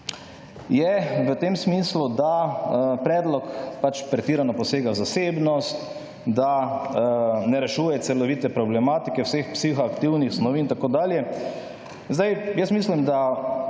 je v tem smislu, da predlog pretirano posega v zasebnost, da ne rešuje celovite problematike vseh psihoaktivnih snovi in tako dalje. Zdaj, jaz mislim, da